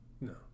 No